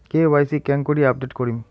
KYC কেঙ্গকরি update করিম?